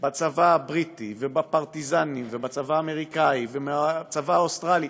בצבא הבריטי ובפרטיזנים ובצבא האמריקני ובצבא האוסטרלי,